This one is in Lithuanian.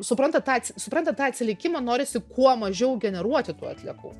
suprantat tą suprantat tą atsilikimą norisi kuo mažiau generuoti tų atliekų